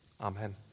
Amen